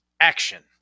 action